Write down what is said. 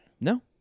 No